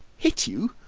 hit you!